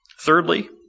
Thirdly